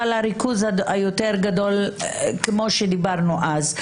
אבל הריכוז היותר גדול כמו שאמרנו אז,